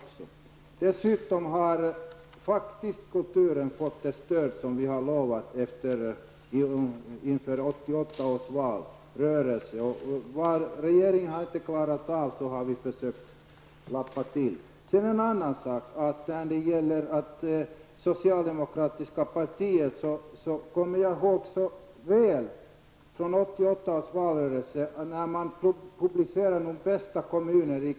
Kulturen har faktiskt fått ett stöd som vi utlovade i 1988 års valrörelse. Vad regeringen inte klarat av har vi i utskottet försökt rätta till. Jag minns mycket väl att man i 1988 års valrörelse publicerade de i kulturellt hänseende bästa kommunerna.